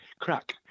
crack